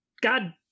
God